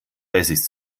wessis